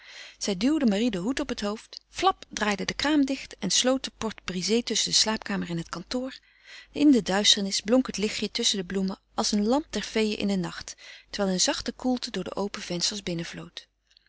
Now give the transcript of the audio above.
zij duwde marie den hoed op het hoofd flap draaide de kraan dicht en sloot de porte-brisée tusschen de slaapkamer en het kantoor in de duisternis blonk het lichtje tusschen de bloemen als een lamp der feeën in den nacht terwijl een zachte koelte door de open vensters